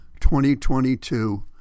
2022